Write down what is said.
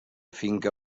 finca